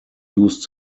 used